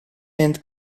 and